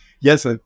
Yes